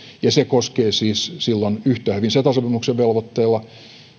se koskee siis silloin yhtä hyvin ceta sopimuksen velvoitteella